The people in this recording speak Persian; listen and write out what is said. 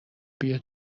بیا